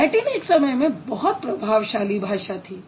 Latin एक समय में बहुत प्रभावशाली भाषा थी